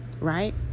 right